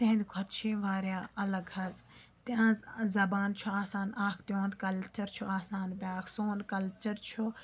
تِہنٛدِ کھۄتہٕ چھِ واریاہ الگ حظ تِۂنٛز زَبان چھِ آسان اَکھ تِہُنٛد کَلچَر چھُ آسان بیٛاکھ سون کَلچَر چھُ